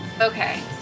okay